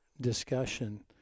discussion